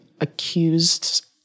accused